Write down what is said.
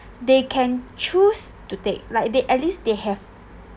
they can choose to take like they at least they have